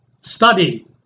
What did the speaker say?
Study